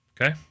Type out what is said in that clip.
Okay